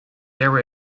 area